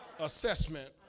Assessment